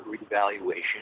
revaluation